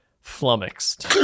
flummoxed